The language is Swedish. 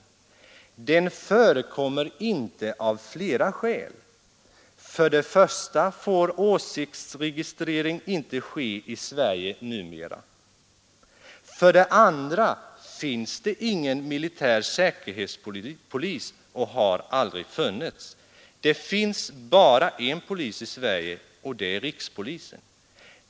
Den förekommer inte av flera skäl. För det första får åsiktsregistrering icke ske i Sverige numera. För det andra finns det ingen militär säkerhetspolis och har aldrig funnits. Det finns bara en polis i Sverige, och det är rikspolisen.